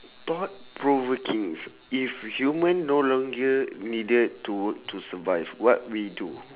thought provokings if human no longer needed to work to survive what we do